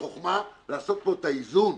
החכמה לעשות פה את האיזון,